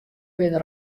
binne